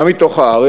גם מתוך הארץ,